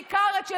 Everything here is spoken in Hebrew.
בעיקר את של,